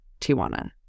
Tijuana